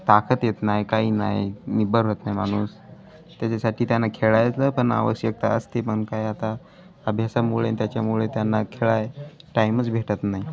ताकद येत नाही काही नाही निबर होत नाही माणूस त्याच्यासाठी त्यांना खेळायचं पण आवश्यकता असते पण काय आता अभ्यासामुळे न त्याच्यामुळे त्यांना खेळाय टाईमच भेटत नाही